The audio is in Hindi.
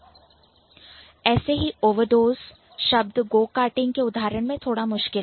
इसी तरह Overdose शब्द Go karting के उदाहरण में थोड़ा मुश्किल है